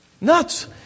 Nuts